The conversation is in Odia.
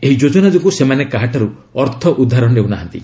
ଏହି ଯୋଜନା ଯୋଗୁଁ ସେମାନେ କାହାଠାରୁ ଅର୍ଥ ଉଦ୍ଧାର ନେଉ ନାହାନ୍ତି